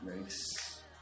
Nice